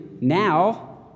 now